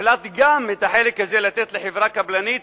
הוחלט גם את החלק הזה לתת לחברה קבלנית